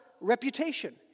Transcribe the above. reputation